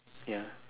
ya